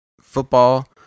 Football